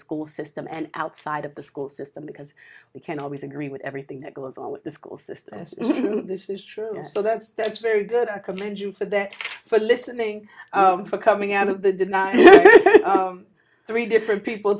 school system and outside of the school system because we can always agree with everything that goes on with the school system this is true so that's that's very good commend you for that for listening for coming out of the three different people